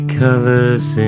colors